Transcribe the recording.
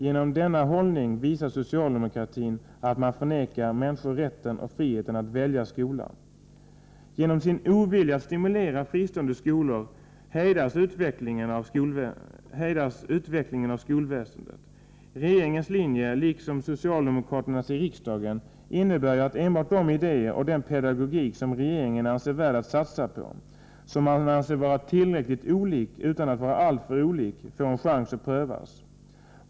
Genom denna hållning visar socialdemokraterna att man förvägrar människor rätten och friheten att välja skola. Genom sin ovilja att stimulera fristående skolor hejdar socialdemokraterna utvecklingen av skolväsendet. Regeringens linje, liksom socialdemokraternas i riksdagen, innebär ju att enbart de idéer och den pedagogik som regeringen anser vara värda att satsa på och som man anser vara tillräckligt olika utan att vara alltför olika får en chans att prövas.